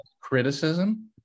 Criticism